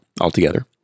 altogether